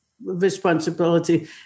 responsibility